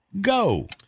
Go